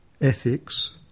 ethics